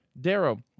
Darrow